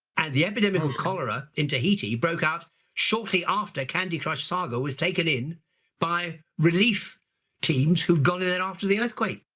and the epidemic of cholera in tahiti broke out shortly after candy crush saga was taken in by relief teams who'd gone in and after the earthquake.